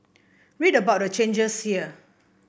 read about the changes here